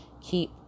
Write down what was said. keep